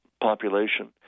population